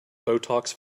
botox